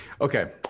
Okay